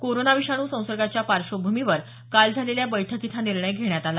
corona विषाणू संसर्गाच्या पार्श्वभूमीवर काल झालेल्या बैठकीत हा निर्णय घेण्यात आला